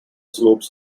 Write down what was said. slopes